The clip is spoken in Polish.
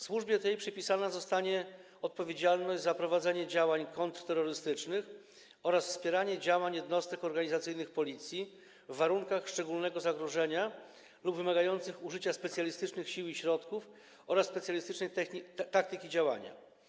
Służbie tej przypisana zostanie odpowiedzialność za prowadzenie działań kontrterrorystycznych oraz wspieranie działań jednostek organizacyjnych Policji w warunkach szczególnego zagrożenia lub wymagających użycia i zastosowania specjalistycznych sił i środków oraz specjalistycznej taktyki działania.